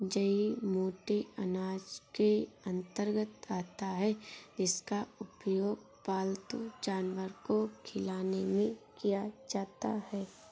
जई मोटे अनाज के अंतर्गत आता है जिसका उपयोग पालतू जानवर को खिलाने में किया जाता है